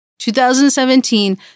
2017